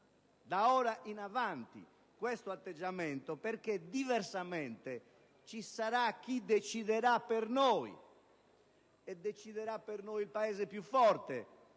d'ora in avanti questo atteggiamento, perché diversamente ci sarà chi deciderà per noi, e deciderà per noi il Paese più forte.